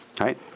Right